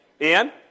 Ian